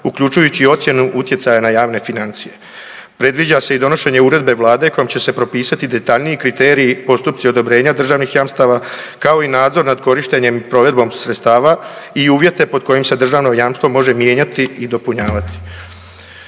uključujući i ocjenu utjecaja na javne financije. Predviđa se i donošenje uredbe Vlade kojom će se propisati detaljniji kriteriji, postupci odobrenja državnih jamstava, kao i nadzor nad korištenjem provedbom sredstava i uvjete pod kojim se državno jamstvo može mijenjati i dopunjavati.